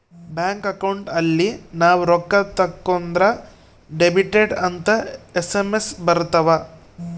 bank account ಅಲ್ಲಿ ನಾವ್ ರೊಕ್ಕ ತಕ್ಕೊಂದ್ರ ಡೆಬಿಟೆಡ್ ಅಂತ ಎಸ್.ಎಮ್.ಎಸ್ ಬರತವ